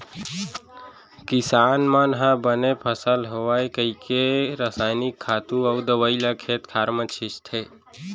किसान मन ह बने फसल होवय कइके रसायनिक खातू अउ दवइ ल खेत खार म छींचथे